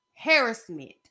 harassment